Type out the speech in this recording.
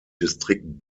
distrikt